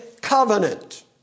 covenant